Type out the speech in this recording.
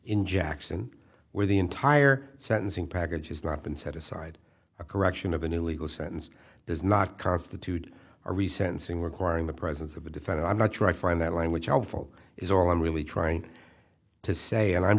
in jackson where the entire sentencing package has not been set aside a correction of a new legal sentence does not constitute a recent thing requiring the presence of the defendant i'm not sure i find that language helpful is all i'm really trying to say and i'm